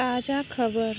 ताज़ा खबर